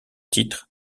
titre